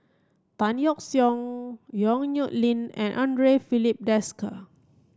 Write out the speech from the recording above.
Tan Yeok Seong Yong Nyuk Lin and Andre Filipe Desker